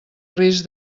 risc